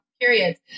Periods